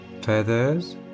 Feathers